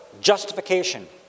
justification